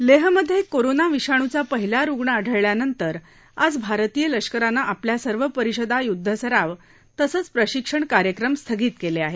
लेहमधे corona विषाणूचा पहिला रुग्ण आढळल्यानंतर आज भारतीय लष्करानं आपल्या सर्व परिषदा युद्धसराव तसंच प्रशिक्षण कार्यक्रम स्थगित केले आहेत